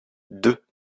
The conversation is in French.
deux